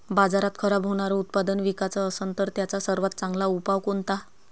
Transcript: बाजारात खराब होनारं उत्पादन विकाच असन तर त्याचा सर्वात चांगला उपाव कोनता?